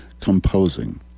composing